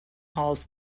halls